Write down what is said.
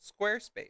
squarespace